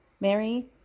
Mary